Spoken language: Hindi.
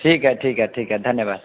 ठीक है ठीक है ठीक है धन्यवाद